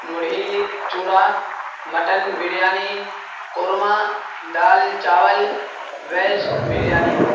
مڑھی چوڑا مٹن بریانی قورمہ دال چاول ویج بریانی